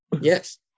Yes